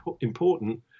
important